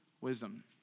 wisdom